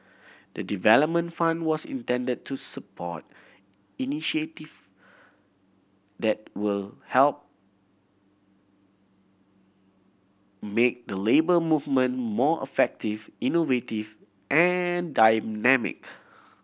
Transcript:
the development fund was intend to support initiative that will help make the Labour Movement more effective innovative and dynamic